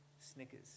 Snickers